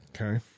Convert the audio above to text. Okay